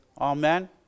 Amen